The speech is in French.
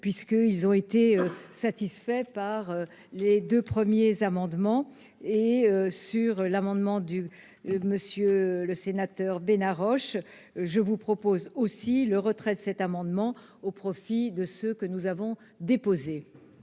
puisqu'ils ont été satisfaits par les deux premiers amendements et sur l'amendement du Monsieur le Sénateur Bénard Roche je vous propose aussi le retrait de cet amendement au profit de ce que nous avons déposée.